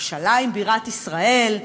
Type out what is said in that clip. ירושלים בירת ישראל,